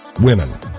Women